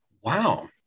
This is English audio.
Wow